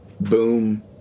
boom